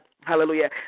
hallelujah